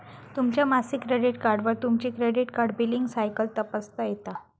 तुमच्या मासिक क्रेडिट कार्डवर तुमची क्रेडिट कार्ड बिलींग सायकल तपासता येता